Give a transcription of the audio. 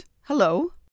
Hello